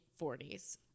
40s